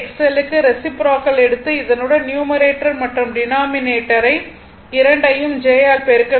1jXL க்கு reciprocal எடுக்க இதனுடன் நியூமரேட்டர் மற்றும் டினாமினேட்டர் இரண்டையும் j ஆல் பெருக்க வேண்டும்